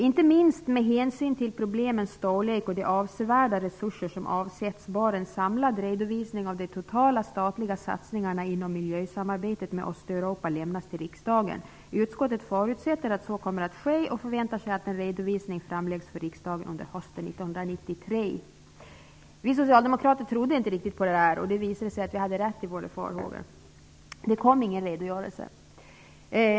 ''Inte minst med hänsyn till problemens storlek och de avsevärda resurser som avsätts bör en samlad redovisning av de totala statliga satsningarna inom miljösamarbetet med Östeuropa lämnas till riksdagen. Utskottet förutsätter att så kommer att ske och förväntar sig att en redovisning framläggs för riksdagen under hösten 1993.'' Vi socialdemokrater trodde inte riktigt på det där, och det visade sig att vi hade rätt i våra farhågor. Det kom ingen redogörelse.